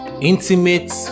Intimate